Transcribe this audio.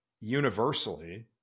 universally